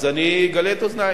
אז אני אגלה את אוזנייך.